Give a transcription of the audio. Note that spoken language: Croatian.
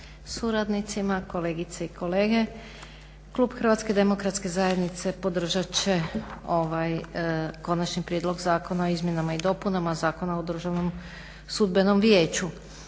suradnicima, kolegice i kolege Klub Hrvatske demokratske zajednice podržat će ovaj Konačni prijedlog zakona o izmjenama i dopunama Zakona o Državnom sudbenom vijeću.